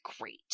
great